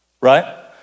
right